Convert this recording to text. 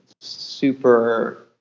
super